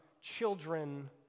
children